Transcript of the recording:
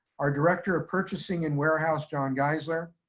our director of purchasing and warehouse, jon geiszler,